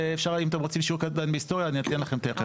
אם אתם רוצים שיעור קטן בהיסטוריה אני אתן לכם תיכף.